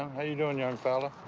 you doing, young fella?